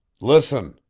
listen,